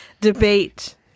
debate